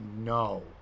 No